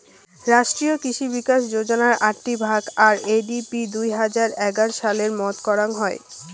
রাষ্ট্রীয় কৃষি বিকাশ যোজনার আকটি ভাগ, আর.এ.ডি.পি দুই হাজার এগার সালে মত করং হই